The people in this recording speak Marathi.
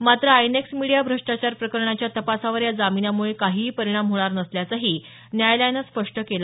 मात्र आय एन एक्स मीडीया भ्रष्टाचार प्रकरणाच्या तपासावर या जामीनामुळे काहीही परिणाम होणार नसल्याचंही न्यायालयानं स्पष्ट केलं